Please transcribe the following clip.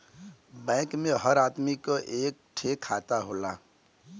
bank मे हर आदमी क एक ठे खाता होला